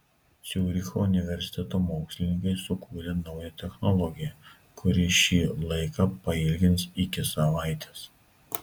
ciuricho universiteto mokslininkai sukūrė naują technologiją kuri šį laiką pailgins iki savaitės